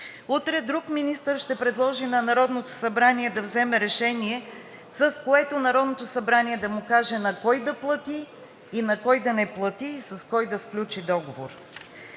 Утре друг министър ще предложи на Народното събрание да вземе решение, с което Народното събрание да му каже на кой да плати и на кой да не плати, с кой да сключи договор.